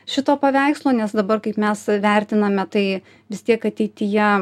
šito paveikslo nes dabar kaip mes vertiname tai vis tiek ateityje